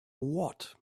what